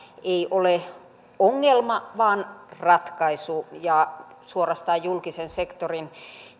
ei ole ongelma vaan ratkaisu ja suorastaan julkisen sektorin